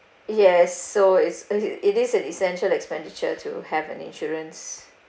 yes so it's it it is an essential expenditure to have an insurance